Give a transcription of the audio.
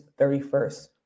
31st